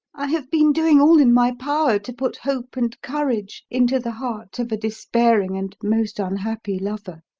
i have been doing all in my power to put hope and courage into the heart of a despairing and most unhappy lover.